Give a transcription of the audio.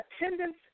attendance